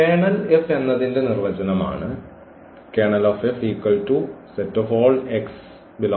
kernel F എന്നതിന്റെ നിർവചനമാണ് KerF